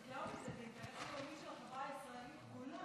זה לא רק זה, זה אינטרס של החברה הישראלית כולה.